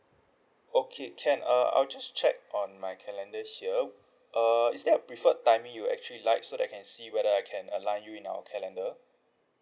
okay can uh I will just check on my calendar here uh is there a preferred timing that you actually like so that I can see whether I can align you in our calendar